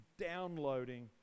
downloading